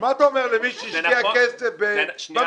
לפני הדוח שלך.